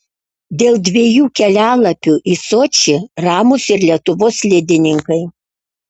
dėl dviejų kelialapių į sočį ramūs ir lietuvos slidininkai